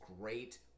great